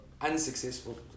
unsuccessful